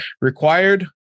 required